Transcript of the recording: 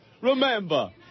remember